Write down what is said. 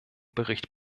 bericht